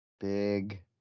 Big